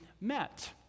met